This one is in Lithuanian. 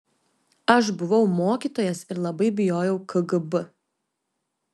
aš buvau mokytojas ir labai bijojau kgb